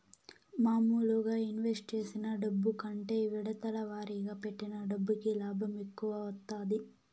మాములుగా ఇన్వెస్ట్ చేసిన డబ్బు కంటే విడతల వారీగా పెట్టిన డబ్బుకి లాభం ఎక్కువ వత్తాది